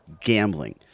gambling